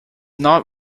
not